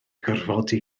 gorfodi